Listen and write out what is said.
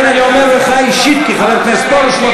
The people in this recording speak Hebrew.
אל תדבר אלי אישית, אני חבר כנסת כמוך.